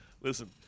listen